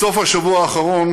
בסוף השבוע האחרון